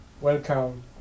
Welcome